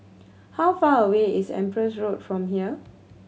how far away is Empress Road from here